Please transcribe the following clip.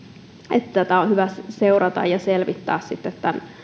että tätä on hyvä seurata ja selvittää sitten